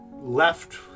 left